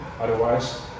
Otherwise